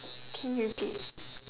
can you repeat